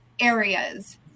areas